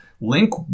Link